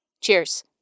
cheers